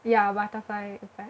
ya butterfly effect